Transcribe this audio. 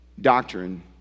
Doctrine